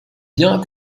bien